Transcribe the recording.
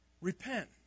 repent